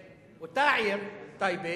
אותה עיר, טייבה,